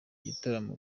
igitaramo